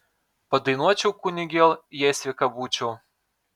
padainuočiau kunigėl jei sveika būčiau